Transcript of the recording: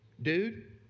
Dude